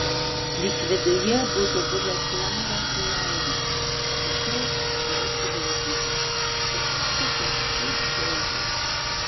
lyg viduje būtų buvęs langas į laimę tačiau jau sudaužytas o tos šukės taip žeidė